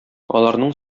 аларның